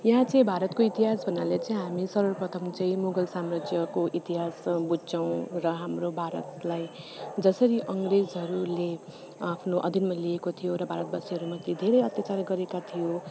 यहाँ चाहिँ भारतको इतिहास भन्नाले चाहिँ हामी सर्वप्रथम चाहिँ मुगल सम्राज्यको इतिहास बुझ्छौँ र हाम्रो भारतलाई जसरी अङ्ग्रेजहरूले आफ्नो अधीनमा लिएको थियो भारतवासीहरूमाथि धेरै अत्यचार गरेका थिए